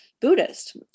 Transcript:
buddhist